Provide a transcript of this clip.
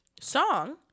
song